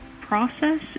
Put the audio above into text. process